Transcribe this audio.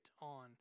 on